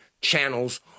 channels